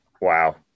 Wow